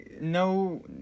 No